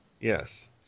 Yes